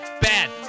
bad